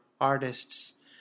artists